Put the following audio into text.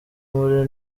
muri